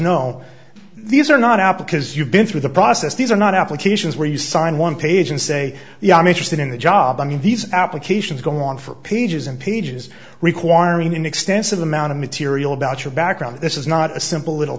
no these are not applicants you've been through the process these are not applications where you sign one page and say yeah i'm interested in the job i mean these applications go on for pages and pages requiring an extensive amount of material about your background this is not a simple little